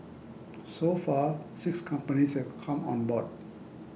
so far six companies have come on board